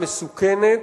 מסוכנת,